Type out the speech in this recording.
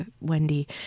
Wendy